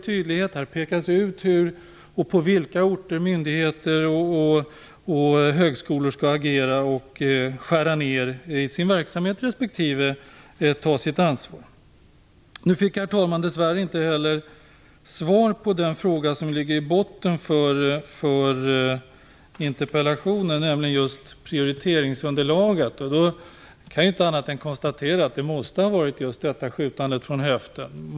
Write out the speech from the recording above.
Där kommer att pekas ut hur och på vilka orter myndigheter och högskolor skall agera och skära ner sin verksamhet respektive ta sitt ansvar. Herr talman! Nu fick jag dess värre inte heller svar på den fråga som ligger i botten för interpellationen, nämligen just prioriteringsunderlaget. Jag kan inte annat än konstatera att detta måste ha varit just ett skjutande från höften.